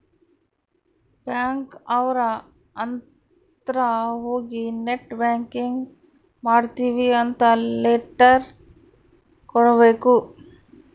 bank ಅವ್ರ ಅತ್ರ ಹೋಗಿ ನೆಟ್ ಬ್ಯಾಂಕಿಂಗ್ ಮಾಡ್ತೀವಿ ಅಂತ ಲೆಟರ್ ಕೊಡ್ಬೇಕು